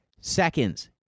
seconds